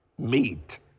Meet